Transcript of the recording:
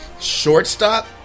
shortstop